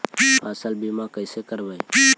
फसल बीमा कैसे करबइ?